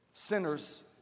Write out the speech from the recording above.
sinners